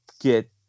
get